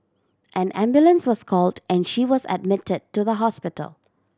an ambulance was called and she was admitted to the hospital